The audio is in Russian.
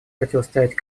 противостоять